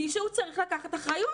מישהו צריך לקחת אחריות.